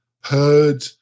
heard